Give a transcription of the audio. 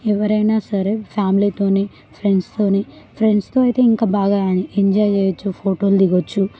ఎవరైనా సరే ఫ్యామిలీతో ఫ్రెండ్స్తో ఫ్రెండ్స్తో అయితే ఇంకా బాగా ఎంజాయ్ చేయవచ్చు ఫోటోలు దిగవచ్చు